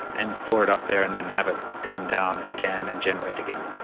and store it up there and then have it come down again and generate again.